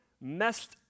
messed